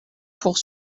pour